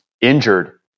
injured